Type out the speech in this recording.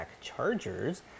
chargers